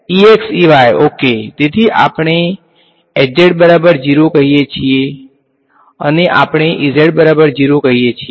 okay તેથી અહીં આપણે કહીએ છીએ કે અને અહી આપણે કહીએ છીએ